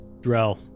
Drell